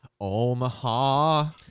Omaha